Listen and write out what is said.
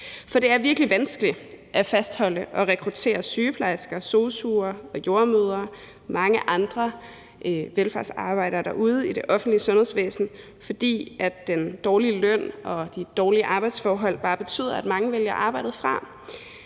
for det er virkelig vanskeligt at fastholde og rekruttere sygeplejersker, sosu'er, jordemødre og mange andre velfærdsarbejdere derude i det offentlige sundhedsvæsen på grund af den dårlige løn og de dårlige arbejdsforhold, som betyder, at mange vælger arbejdet fra.